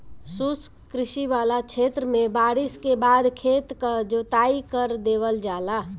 शुष्क कृषि वाला क्षेत्र में बारिस के बाद खेत क जोताई कर देवल जाला